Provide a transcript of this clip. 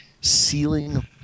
ceiling